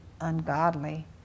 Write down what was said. ungodly